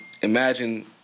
imagine